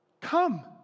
Come